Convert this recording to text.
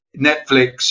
Netflix